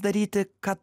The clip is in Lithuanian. daryti ką